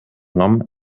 nom